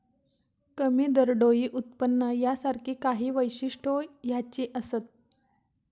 कमी दरडोई उत्पन्न यासारखी काही वैशिष्ट्यो ह्याची असत